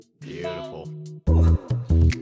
Beautiful